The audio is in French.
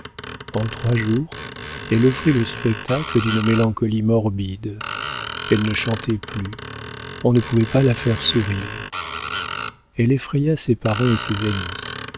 en trois jours elle offrit le spectacle d'une mélancolie morbide elle ne chantait plus on ne pouvait pas la faire sourire elle effraya ses parents et ses amis